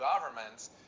governments